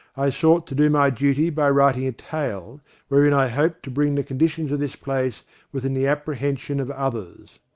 i sought to do my duty by writing a tale wherein i hoped to bring the conditions of this place within the apprehen sion of others.